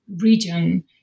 region